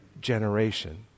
generation